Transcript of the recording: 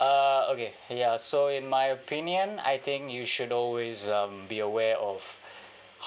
uh okay ya so in my opinion I think you should always um be aware of